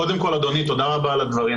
קודם כל אדוני, תודה רבה על הדברים.